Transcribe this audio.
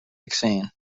accent